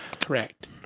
Correct